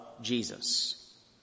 Jesus